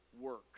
work